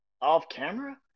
Off-camera